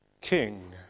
king